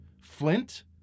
flint